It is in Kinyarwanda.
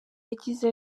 yagize